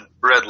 Red